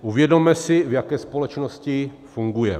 Uvědomme si, v jaké společnosti fungujeme.